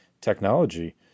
technology